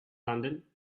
london